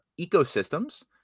ecosystems